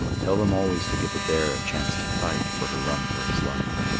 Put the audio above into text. tell them always to give a bear a chance to fight or to run for his life.